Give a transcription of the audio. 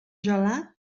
gelat